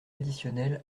additionnels